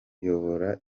kuyobora